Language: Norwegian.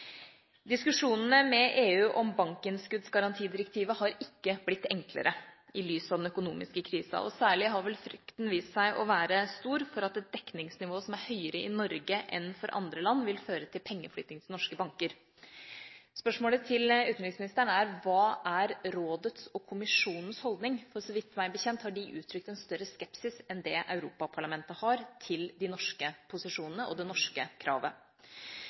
Diskusjonene med EU om bankinnskuddsgarantidirektivet har ikke blitt enklere i lys av den økonomiske krisen. Særlig har vel frykten vist seg å være stor for at et dekningsnivå som er høyere i Norge enn i andre land, vil føre til pengeflytting til norske banker. Spørsmålet til utenriksministeren er: Hva er rådets og kommisjonens holdning? Meg bekjent har de uttrykt en større skepsis enn det Europaparlamentet har, til de norske posisjonene og det norske kravet.